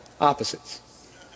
opposites